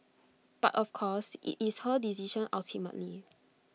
but of course IT is her decision ultimately